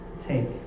Take